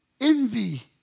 envy